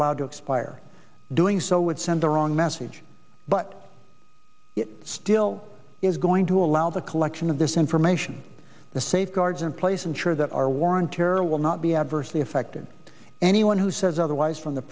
allowed to expire doing so would send the wrong message but it still is going to allow the collection of this information the safeguards in place ensure that our war on terror will not be adversely affected anyone who says otherwise from the